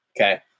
Okay